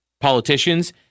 politicians